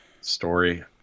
story